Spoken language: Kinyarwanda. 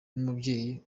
n’umubyeyi